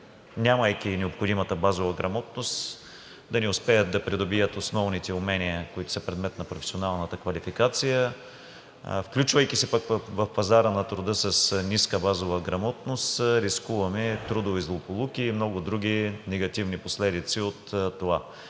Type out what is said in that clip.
нямайки необходимата базова грамотност, да не успеят да придобият основните умения, които са предмет на професионалната квалификация. Включвайки се в пазара на труда с ниска базова грамотност, рискуваме трудови злополуки и много други негативни последици от това,